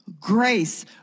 Grace